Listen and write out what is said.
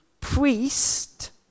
priest